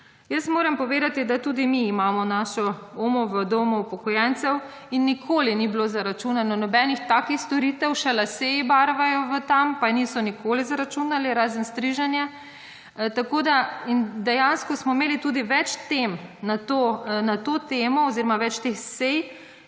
Jaz moram povedati, da tudi mi imamo našo omo v domu upokojencev in nikoli ni bilo zaračunano nobenih takih storitev. Še lase ji barvaj v tam, pa niso nikoli zaračunali, razen striženje. Tako, da dejansko smo imeli tudi več tem na to temo oziroma več teh sej.